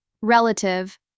relative